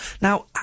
Now